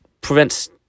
prevents